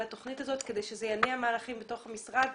התוכנית הזאת כדי שזה יניע מהלכים בתוך המשרד?